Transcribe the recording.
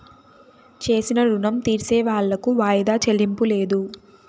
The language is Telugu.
చేసిన రుణం తీర్సేవాళ్లకు వాయిదా చెల్లింపు లేదు